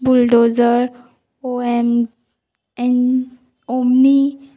bulldozer O M N omni